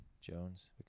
Jones